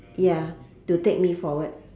ya to take me forward